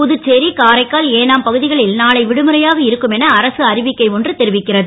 புதுச்சேரி காரைக்கால் ஏனாம் பகு களில் நாளை விடுமுறையாக இருக்கும் என அரசு அறிவிக்கை ஒன்று தெரிவிக்கிறது